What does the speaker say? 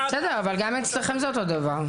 בסדר, אבל גם אצלכם זה אותו הדבר.